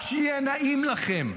רק שיהיה נעים לכם.